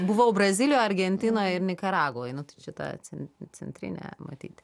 buvau brazilijoj argentinoj ir nikaragvoj nu tai čia ta cen centrinė matyt